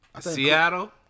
Seattle